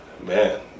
man